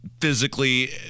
physically